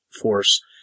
force